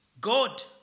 God